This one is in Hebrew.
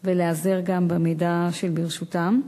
ולהיעזר גם במידע שברשותם.